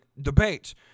debates